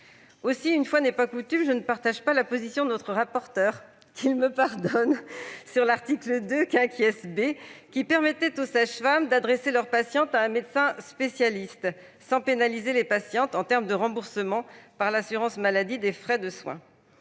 Aussi, une fois n'est pas coutume, je ne partage pas la position de notre rapporteur- qu'il me pardonne ! -sur l'article 2 B qui permettait aux sages-femmes d'adresser leurs patientes à un médecin spécialiste, sans pénaliser celles-ci en termes de remboursement des frais de soins